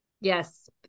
Yes